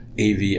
av